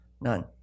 None